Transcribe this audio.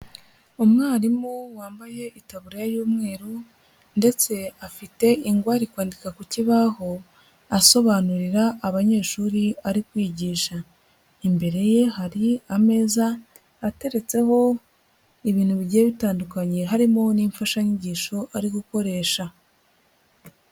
Umwarimu wambaye itaburiya y'umweru ndetse afite ingwa ari kwandika ku kibaho asobanurira abanyeshuri ari kwigisha, imbere ye hari ameza ateretseho ibintu bigiye bitandukanye harimo n'imfashanyigisho ari gukoresha.